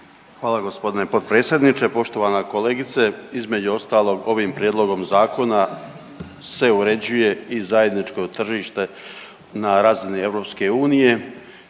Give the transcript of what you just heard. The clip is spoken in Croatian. Hvala g. potpredsjedniče, poštovana kolegice. Između ostalog, ovim Prijedlogom zakona se uređuje i zajedničko tržište na razini EU. Svjesni